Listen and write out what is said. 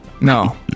No